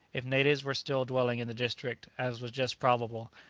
if natives were still dwelling in the district, as was just probable,